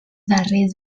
darrers